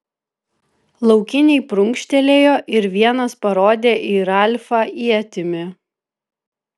laukiniai prunkštelėjo ir vienas parodė į ralfą ietimi